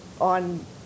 on